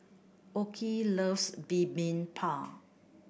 Okey loves Bibimbap